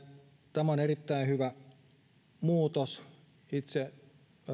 tämä on erittäin hyvä muutos itse